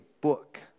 book